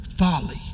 folly